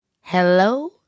Hello